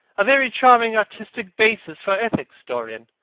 a very charming artistic basis for ethics, dorian!